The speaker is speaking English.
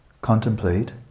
contemplate